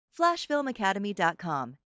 FlashFilmAcademy.com